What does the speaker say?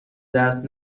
دست